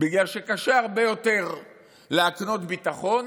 בגלל שקשה הרבה יותר להקנות ביטחון,